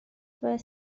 were